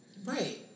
Right